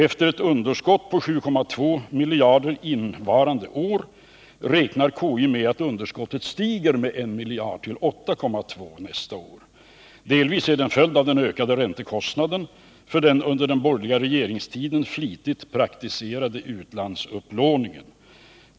Efter ett underskott på 7,2 miljarder innevarande år räknar KI med att underskottet stiger med 1 miljard till 8,2 nästa år. Det är till viss del en följd av den ökade räntekostnaden för den under den borgerliga regeringstiden flitigt praktiserade utlandsupplåningen.